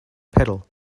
pedal